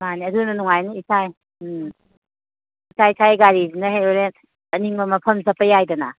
ꯃꯥꯟꯅꯤ ꯑꯗꯨꯅ ꯅꯨꯡꯉꯥꯏꯅꯤ ꯏꯁꯥꯏ ꯎꯝ ꯏꯁꯥꯏ ꯏꯁꯥꯏꯒꯤ ꯒꯥꯔꯤꯁꯤꯅ ꯍꯦꯛ ꯍꯣꯔꯦꯟ ꯆꯠꯅꯤꯡꯕ ꯃꯐꯝ ꯆꯠꯄ ꯌꯥꯏꯗꯅ